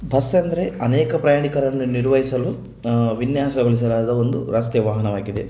bus ಅಂದರೆ ಅನೇಕ ಪ್ರಯಾಣಿಕರನ್ನು ನಿರ್ವಹಿಸಲು ವಿನ್ಯಾಸಗೊಳಿಸಲಾದ ಒಂದು ರಸ್ತೆ ವಾಹನವಾಗಿದೆ